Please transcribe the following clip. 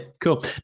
cool